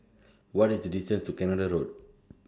What IS The distance to Canada Road